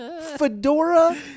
Fedora